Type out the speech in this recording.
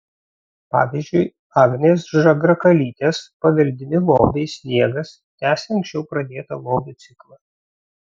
pavyzdžiui agnės žagrakalytės paveldimi lobiai sniegas tęsia anksčiau pradėtą lobių ciklą